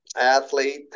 athlete